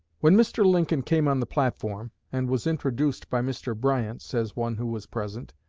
when mr. lincoln came on the platform and was introduced by mr. bryant, says one who was present,